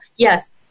Yes